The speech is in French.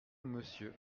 monsieur